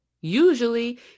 Usually